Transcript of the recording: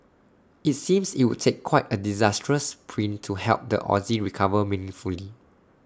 IT seems IT would take quite A disastrous print to help the Aussie recover meaningfully